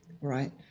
right